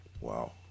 Wow